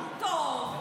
טוב,